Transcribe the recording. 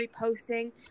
reposting